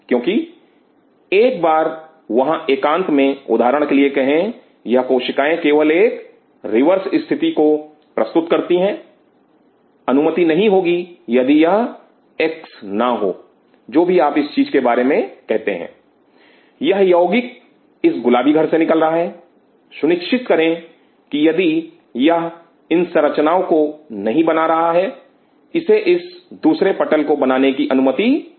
क्योंकि एक बार वहां एकांत में उदाहरण के लिए कहे यह कोशिकाएं केवल एक रिवर्स स्थिति को प्रस्तुत करती हैं अनुमति नहीं होगी यदि यह एक्स ना हो जो भी आप इस चीज के बारे में कहते हैं यह यौगिक इस गुलाबी घर से निकल रहा है सुनिश्चित करें की यदि यह इन संरचनाओं को नहीं बना रहा है इसे इस दूसरे पटल को बनाने की अनुमति नहीं है